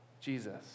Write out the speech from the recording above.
Jesus